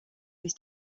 his